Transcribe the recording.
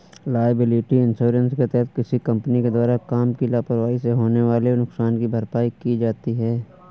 liability insurance के तहत किसी कंपनी के द्वारा काम की लापरवाही से होने वाले नुकसान की भरपाई की जाती है